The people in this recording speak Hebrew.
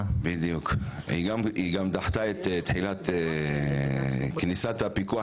היא גם דחתה את תחילת כניסת הפיקוח